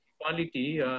quality